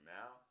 now